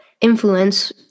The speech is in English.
influence